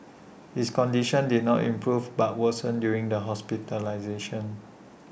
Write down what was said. his condition did not improve but worsened during the hospitalisation